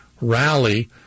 rally